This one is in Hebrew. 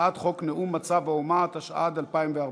הצעת חוק נאום מצב האומה, התשע"ד 2014,